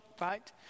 right